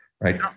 right